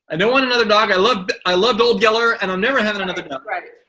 and don't want another dog. i loved i loved old yeller, and i'll never have another dog. right.